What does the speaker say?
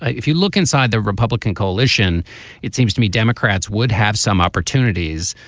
if you look inside the republican coalition it seems to me democrats would have some opportunities.